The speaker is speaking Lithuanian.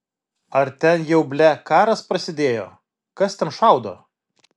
ar ten jau ble karas prasidėjo kas ten šaudo